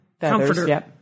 comforter